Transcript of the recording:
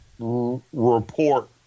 report